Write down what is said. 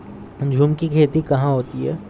झूम की खेती कहाँ होती है?